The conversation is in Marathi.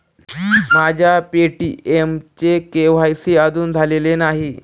माझ्या पे.टी.एमचे के.वाय.सी अजून झालेले नाही